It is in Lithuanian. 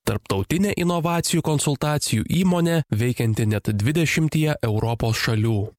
tarptautinė inovacijų konsultacijų įmonė veikianti net dvidešimtyje europos šalių